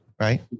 Right